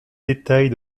détails